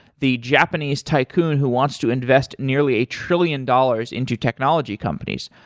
the japanese tycoon who wants to invest nearly a trillion dollars into technology companies.